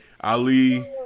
Ali